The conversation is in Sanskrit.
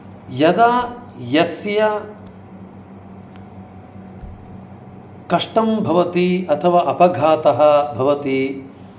यदा यस्य कष्टं भवति अथवा अपघातः भवति